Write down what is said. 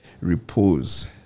repose